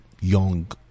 young